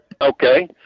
okay